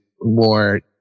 more